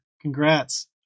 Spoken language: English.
Congrats